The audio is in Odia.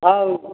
ହଉ